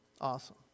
Awesome